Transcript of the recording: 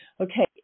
Okay